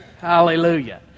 Hallelujah